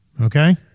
Okay